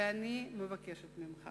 אני מבקשת ממך